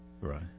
Right